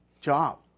job